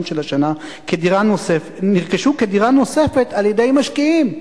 של השנה כדירה נוספת נרכשו כדירה נוספת על-ידי משקיעים.